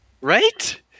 Right